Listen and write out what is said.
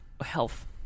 health